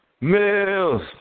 Mills